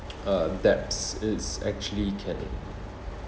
uh debts it's actually can